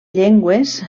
llengües